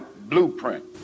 blueprint